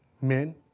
men